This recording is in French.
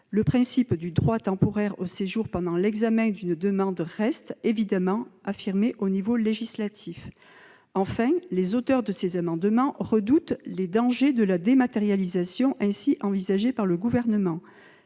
Le principe du droit temporaire au séjour pendant l'examen d'une demande reste évidemment affirmé au niveau législatif. Enfin, les auteurs de ces amendements redoutent les dangers de la dématérialisation envisagée par le Gouvernement.